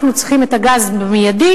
אנחנו צריכים את הגז מייד,